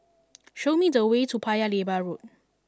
show me the way to Paya Lebar Road